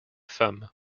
femmes